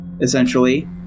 essentially